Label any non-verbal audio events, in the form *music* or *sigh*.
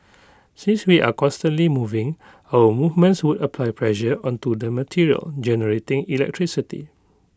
*noise* since we are constantly moving our movements would apply pressure onto the material generating electricity